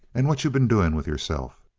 and what you been doing with yourself?